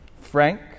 Frank